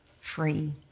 Free